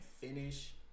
finish